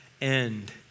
end